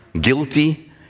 guilty